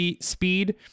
speed